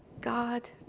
God